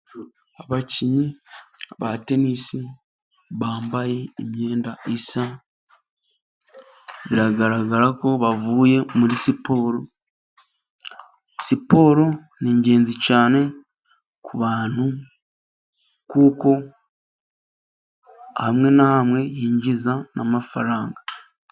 Abakinnyi ba tenisi bambaye imyenda isa, biragaragara ko bavuye muri siporo. Siporo ni ingenzi cyane ku bantu kuko hamwe na hamwe yinjiza n'amafaranga.